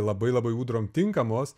labai labai audrom tinkamos